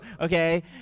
okay